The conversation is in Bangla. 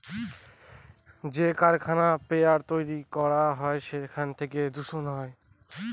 যে কারখানায় পেপার তৈরী করা হয় সেখান থেকে দূষণ হয়